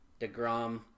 DeGrom